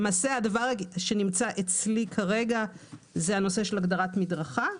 הדבר שנמצא אצלי כרגע זה הנושא של הגדרת מדרכה.